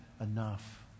enough